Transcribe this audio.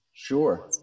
Sure